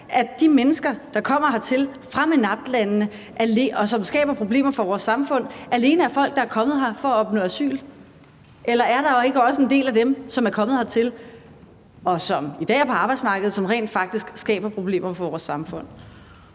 at de mennesker, der kommer hertil fra MENAPT-landene, og som skaber problemer for vores samfund, alene er folk, der er kommet her for at opnå asyl? Eller er der ikke også en del af dem, der er kommet hertil og i dag er på arbejdsmarkedet, som rent faktisk skaber problemer for vores samfund?